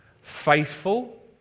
Faithful